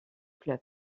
club